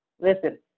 listen